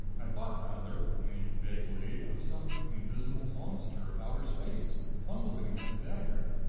i thought rather, in a vague way, of some invisible monster of outer space fumbling at the dagger.